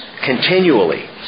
continually